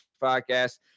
podcast